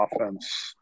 offense